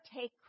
take